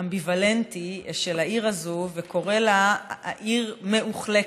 האמביוולנטי של העיר הזו וקורא לה עיר מאוחלקת.